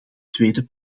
tweede